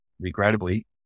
regrettably